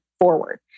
forward